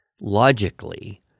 logically